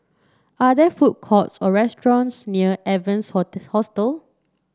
are there food courts or restaurants near Evans Hostel